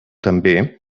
també